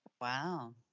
wow